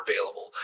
available